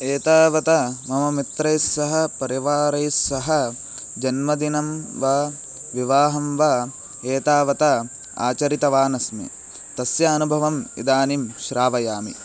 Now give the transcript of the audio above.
एतावता मम मित्रैस्सह परिवारैस्सह जन्मदिनं वा विवाहं वा एतावता आचरितवान् अस्मि तस्य अनुभवम् इदानीं श्रावयामि